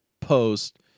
post